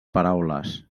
paraules